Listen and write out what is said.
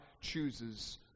chooses